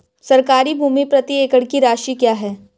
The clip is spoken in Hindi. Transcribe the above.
सरकारी भूमि प्रति एकड़ की राशि क्या है?